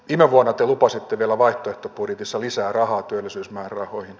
viime vuonna te lupasitte vielä vaihtoehtobudjetissa lisää rahaa työllisyysmäärärahoihin